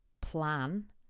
plan